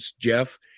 Jeff